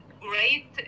great